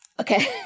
Okay